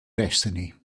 destiny